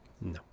No